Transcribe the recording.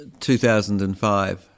2005